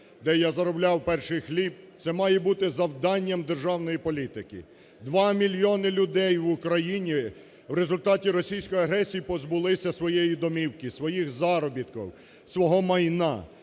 де я заробляв перший хліб, це має бути завданням державної політики. два мільйони людей в Україні в результаті російської агресії позбулися своєї домівки, своїх заробітків, свого майна